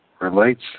relates